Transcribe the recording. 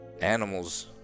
Animals